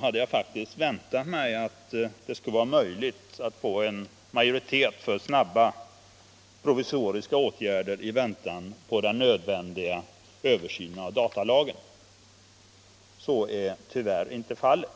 hade jag faktiskt väntat mig att det skulle vara möjligt att få en majoritet för snabba provisoriska åtgärder i väntan på den nödvändiga översynen av datalagen. Så är tyvärr inte fallet.